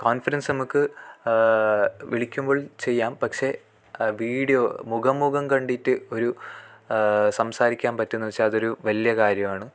conference നമുക്ക് വിളിക്കുമ്പോൾ ചെയ്യാം പക്ഷേ വീഡിയോ മുഖം മുഖം കണ്ടിട്ട് ഒരു സംസാരിക്കാൻ പറ്റുന്ന വെച്ചാൽ അതൊരു വലിയ കാര്യവാണ്